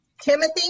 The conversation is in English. Timothy